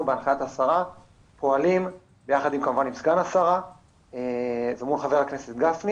בהנחיית השרה פועלים ביחד כמובן עם סגן השרה ומול ח"כ גפני